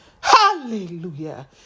hallelujah